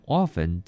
often